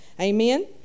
Amen